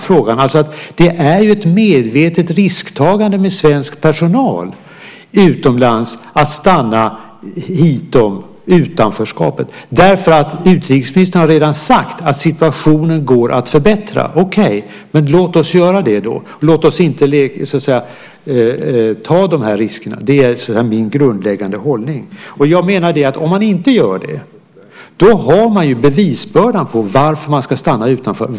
Att stanna hitom utanförskapet är ett medvetet risktagande med svensk personal utomlands, eftersom utrikesministern redan sagt att situationen går att förbättra. Okej, låt oss göra det då och inte ta dessa risker. Det är min grundläggande hållning. Jag menar att om man inte gör det har man bevisbördan för varför man ska stanna utanför.